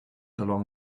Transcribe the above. along